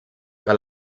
que